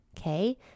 okay